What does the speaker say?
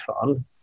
fun